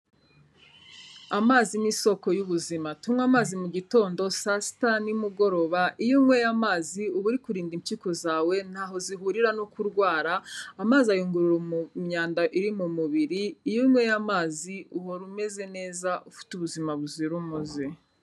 Amazi ni isoko y'ubuzima. Tunywe amazi mu gitondo, saa sita, nimugoroba. Iyo unyweye amazi, uba uri kurinda impyiko zawe; nta ho zihurira no kurwara. Amazi ayungurura imyanda iri mu mubiri. Iyo unyweye amazi, uhora umeze neza, ufite ubuzima buzira umuze.